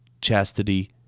chastity